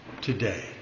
today